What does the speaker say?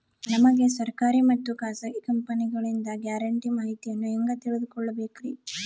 ನಮಗೆ ಸರ್ಕಾರಿ ಮತ್ತು ಖಾಸಗಿ ಕಂಪನಿಗಳಿಂದ ಗ್ಯಾರಂಟಿ ಮಾಹಿತಿಯನ್ನು ಹೆಂಗೆ ತಿಳಿದುಕೊಳ್ಳಬೇಕ್ರಿ?